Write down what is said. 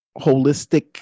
holistic